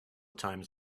times